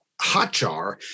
Hotjar